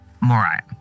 Moriah